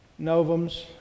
novums